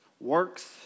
Works